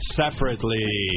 separately